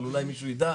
אבל אולי מישהו ידע,